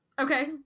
okay